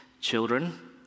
children